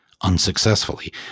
unsuccessfully